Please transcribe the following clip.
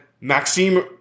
Maxime